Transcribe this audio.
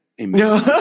Amen